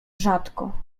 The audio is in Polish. rzadko